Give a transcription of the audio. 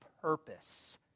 purpose